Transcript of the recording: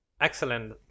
Excellent